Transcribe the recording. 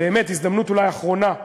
באמת בהזדמנות אולי אחרונה,